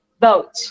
Vote